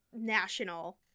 national